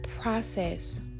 process